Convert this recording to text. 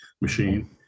machine